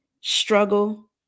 struggle